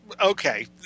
okay